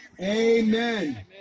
Amen